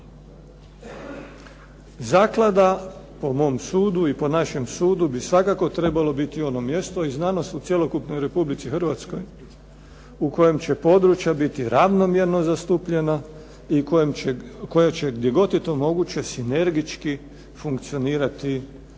Zaklada po mom sudu i po našem sudu bi svakako trebala biti ono mjesto i znanost u cjelokupnoj Republici Hrvatskoj u kojem će područja biti ravnomjerno zastupljena i koja će, gdje god je to moguće, sinergički funkcionirati u